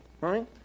right